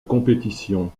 compétition